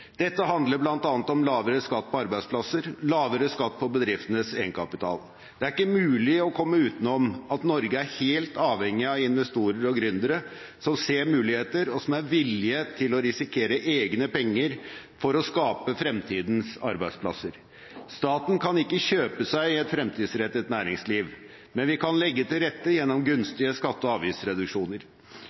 Dette handler bl.a. om lavere skatt på arbeidsplasser og lavere skatt på bedriftenes egenkapital. Det er ikke mulig å komme utenom at Norge er helt avhengig av investorer og gründere som ser muligheter, og som er villige til å risikere egne penger for å skape fremtidens arbeidsplasser. Staten kan ikke kjøpe seg et fremtidsrettet næringsliv, men vi kan legge til rette gjennom gunstige skatte- og avgiftsreduksjoner.